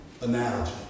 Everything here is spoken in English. analogy